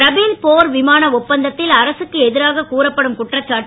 Rafale போர் விமான ஒப்பந்தத்தில் அரசுக்கு எதிராக கூறப்படும் குற்றச்சாட்டு